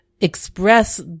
express